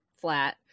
flat